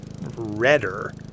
redder